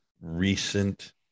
recent